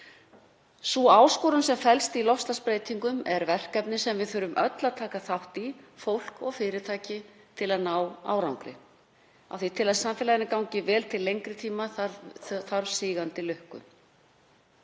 Sú áskorun sem felst í loftslagsbreytingum er verkefnið sem við þurfum öll að taka þátt í, fólk og fyrirtæki, til að ná árangri. Til að samfélaginu gangi vel til lengri tíma þarf sígandi lukku.